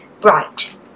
Right